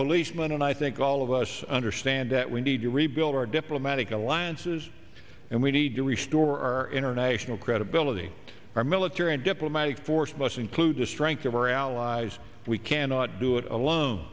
policeman and i think all of us understand that we need to rebuild our diplomatic alliances and we need to restore our international credibility our military and diplomatic force must include the strength of our allies we cannot do it alone